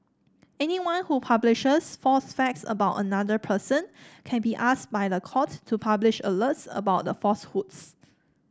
anyone who publishes false facts about another person can be asked by the court to publish alerts about the falsehoods